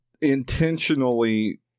intentionally